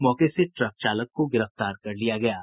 मौके से ट्रक चालक को गिरफ्तार कर लिया गया है